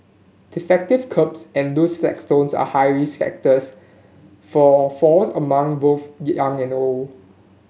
defective kerbs and loose flagstones are high risk factors for falls among both young and old